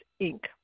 Inc